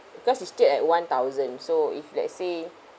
because it still at one thousand so if let's say